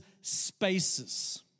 spaces